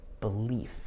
belief